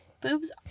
Boob's